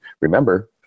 remember